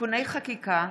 (תיקוני חקיקה),